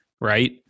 right